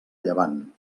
llevant